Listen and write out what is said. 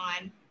on